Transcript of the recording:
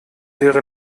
wäre